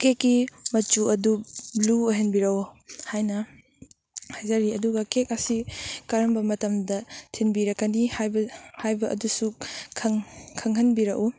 ꯀꯦꯛꯀꯤ ꯃꯆꯨ ꯑꯗꯨ ꯕ꯭ꯂꯨ ꯑꯣꯏꯍꯟꯕꯤꯔꯛꯎ ꯍꯥꯏꯅ ꯍꯥꯏꯖꯔꯤ ꯑꯗꯨꯒ ꯀꯦꯛ ꯑꯁꯤ ꯀꯔꯝꯕ ꯃꯇꯝꯗ ꯊꯤꯟꯕꯤꯔꯛꯀꯅꯤ ꯍꯥꯏꯕ ꯍꯥꯏꯕ ꯑꯗꯨꯁꯨ ꯈꯪꯍꯟꯕꯤꯔꯛꯎ